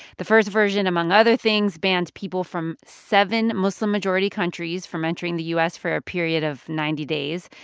the first version, among other things, banned people from seven muslim-majority countries from entering the u s. for a period of ninety days.